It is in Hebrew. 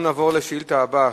אנחנו נעבור לשאילתא מס'